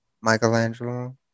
Michelangelo